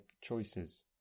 choices